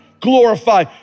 glorify